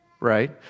Right